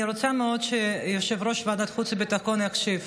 אני רוצה מאוד שיושב-ראש ועדת החוץ והביטחון יקשיב,